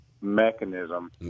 mechanism